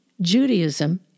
Judaism